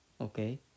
okay